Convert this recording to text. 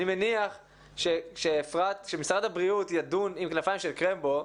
אני מניח שכשמשרד הבריאות ידון עם 'כנפיים של קרמבו'